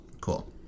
Cool